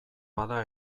bada